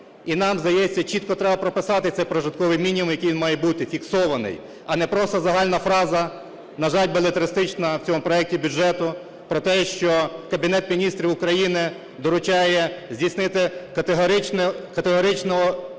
і нам здається, чітко треба прописати цей прожитковий мінімум, який він має бути, фіксований. А не просто загальна фраза, на жаль, белетристична в цьому проекті бюджету про те, що Кабінет Міністрів України доручає здійснити категоричний підйом